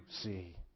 see